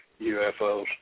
UFOs